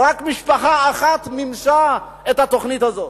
רק משפחה אחת מימשה את התוכנית הזאת.